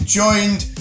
joined